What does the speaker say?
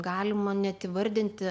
galima net įvardinti